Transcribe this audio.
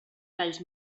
talls